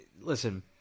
listen